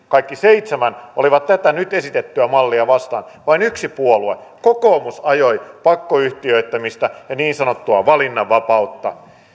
kaikki seitsemän olivat tätä nyt esitettyä mallia vastaan ainoastaan yksi puolue kokoomus ajoi pakkoyhtiöittämistä ja niin sanottua valinnanvapautta